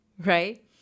Right